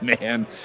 man